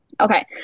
Okay